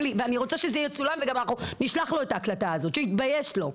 ואני רוצה שזה יצולם ואנחנו נשלח לו את ההקלטה הזו שיתבייש לו.